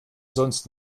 sonst